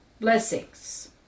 Blessings